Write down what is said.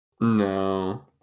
No